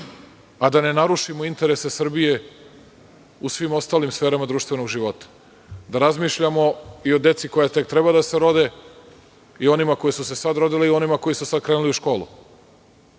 a da ne narušimo interese Srbije u svim ostalim sferama društvenog života. Da razmišljamo i o deci koja tek treba da se rode i onima koji su se sad rodili i onima koji su sada krenuli u školu.